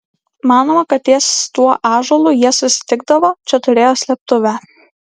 manoma kad ties tuo ąžuolu jie susitikdavo čia turėjo slėptuvę